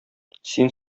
син